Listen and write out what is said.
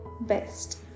best